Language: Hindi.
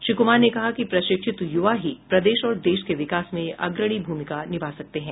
श्री क्मार ने कहा कि प्रशिक्षित यूवा ही प्रदेश और देश के विकास में अग्रणी भूमिका निभा सकते हैं